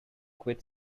quit